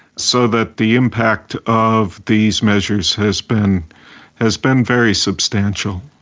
so that the impact of these measures has been has been very substantial.